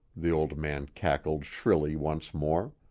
the old man cackled shrilly once more.